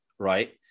right